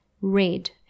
red